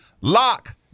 Lock